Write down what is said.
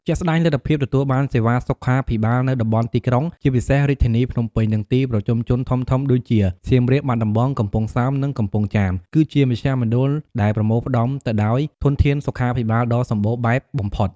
ជាក់ស្ដែង លទ្ធភាពទទួលបានសេវាសុខាភិបាលនៅតំបន់ទីក្រុង ជាពិសេសរាជធានីភ្នំពេញ និងទីប្រជុំជនធំៗដូចជា សៀមរាប បាត់ដំបង កំពង់សោម និងកំពង់ចាម គឺជាមជ្ឈមណ្ឌលដែលប្រមូលផ្តុំទៅដោយធនធានសុខាភិបាលដ៏សម្បូរបែបបំផុត។